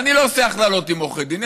ואני לא עושה הכללות על עורכי דין,